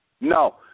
No